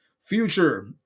future